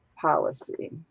policy